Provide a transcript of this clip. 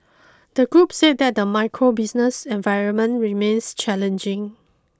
the group said that the macro business environment remains challenging